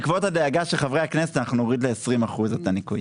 בעקבות הדאגה של חברי הכנסת אנחנו נוריד ל-20% את הניכוי.